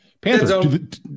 Panther